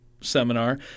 seminar